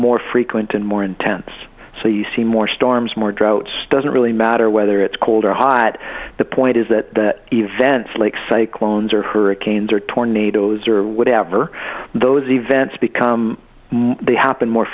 more frequent and more intense so you see more storms more droughts doesn't really matter whether it's cold or high at the point is that events like say clones or hurricanes or tornadoes or whatever those events become they happen more